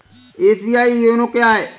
SBI YONO क्या है?